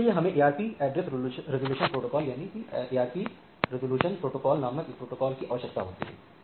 इसके लिए हमें एआरपी एड्रेस रिज़ॉल्यूशन प्रोटोकॉल नामक एक प्रोटोकॉल की आवश्यकता होती है